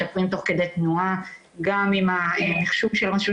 משפרים תוך כדי תנועה גם עם המחשוב של רשות